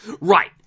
Right